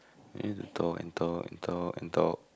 and talk and talk and talk and talk